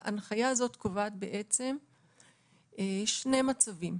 ההנחיה הזאת קובעת בעצם שני מצבים.